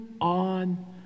on